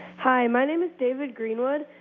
hi. my name is david greenwood,